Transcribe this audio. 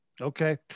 Okay